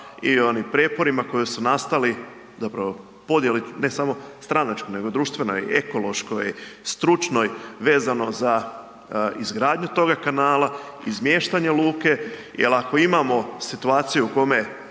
i onim prijeporima koji su nastali, zapravo podjeli, ne samo stranačkoj, nego društvenoj i ekološkoj i stručnoj vezano za izgradnju toga kanala i izmještanje luke jel ako imamo situaciju u kome